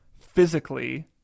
physically